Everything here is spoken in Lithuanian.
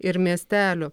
ir miestelių